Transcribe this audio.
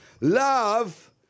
Love